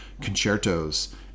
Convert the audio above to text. concertos